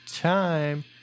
time